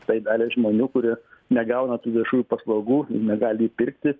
tai daliai žmonių kuri negauna tų viešųjų paslaugų negali įpirkti